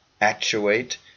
actuate